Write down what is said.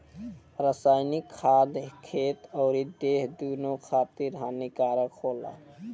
रासायनिक खाद खेत अउरी देह दूनो खातिर हानिकारक होला